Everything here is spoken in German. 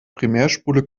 primärspule